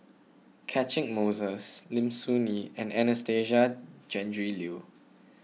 Catchick Moses Lim Soo Ngee and Anastasia Tjendri Liew